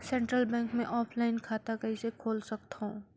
Central bank मे offline खाता कइसे खोल सकथव?